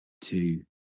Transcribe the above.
two